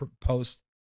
post